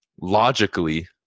logically